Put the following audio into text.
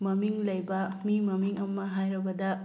ꯃꯃꯤꯡ ꯂꯩꯕ ꯃꯤ ꯃꯃꯤꯡ ꯑꯃ ꯍꯥꯏꯔꯕꯗ